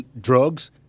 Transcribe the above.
drugs